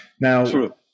now